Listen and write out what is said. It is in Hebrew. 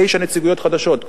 תשע נציגויות חדשות,